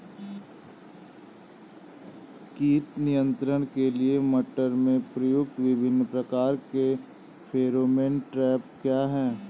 कीट नियंत्रण के लिए मटर में प्रयुक्त विभिन्न प्रकार के फेरोमोन ट्रैप क्या है?